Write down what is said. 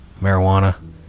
marijuana